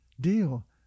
deal